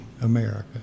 America